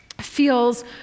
feels